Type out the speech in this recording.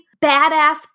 badass